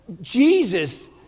Jesus